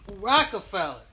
Rockefeller